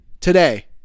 today